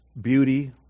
beauty